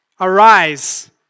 Arise